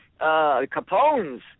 Capone's